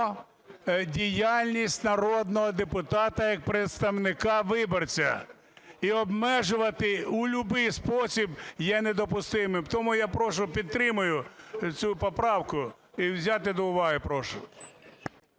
діяльність народного депутата як представника виборця. І обмежувати у любий спосіб є недопустимим. Тому я прошу, підтримати цю поправку і взяти до уваги